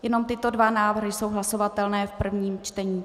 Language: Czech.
Jenom tyto dva návrhy jsou hlasovatelné v prvním čtení.